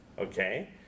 Okay